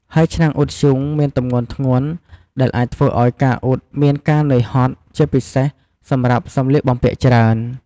ហើយឆ្នាំងអ៊ុតធ្យូងមានទម្ងន់ធ្ងន់ ដែលអាចធ្វើឲ្យការអ៊ុតមានការនឿយហត់ ជាពិសេសសម្រាប់សម្លៀកបំពាក់ច្រើន។